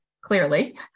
clearly